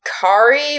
Kari